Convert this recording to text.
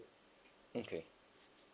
okay